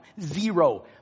Zero